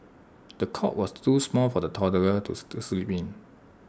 the cot was too small for the toddler to to sleep in